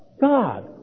God